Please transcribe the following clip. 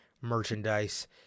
merchandise